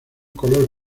color